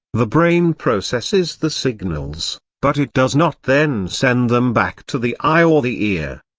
the brain processes the signals, but it does not then send them back to the eye or the ear.